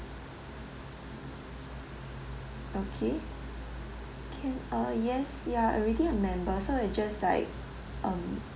okay can uh yes ya already a member so you just like um